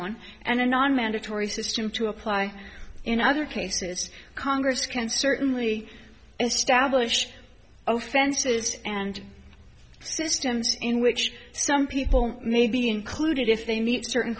one and a non mandatory system to apply in other cases congress can certainly establish offenses and systems in which some people may be included if they meet certain